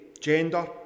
gender